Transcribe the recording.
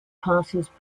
passes